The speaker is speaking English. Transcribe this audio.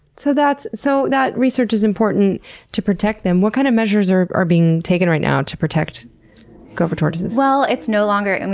so so that research is important to protect them. what kind of measures are are being taken right now to protect gopher tortoises? well it's no longer, and